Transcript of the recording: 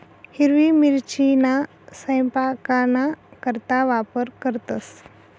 हिरवी मिरचीना सयपाकना करता वापर करतंस